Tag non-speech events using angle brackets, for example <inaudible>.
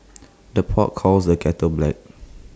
<noise> the pot calls the kettle black